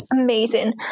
amazing